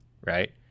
right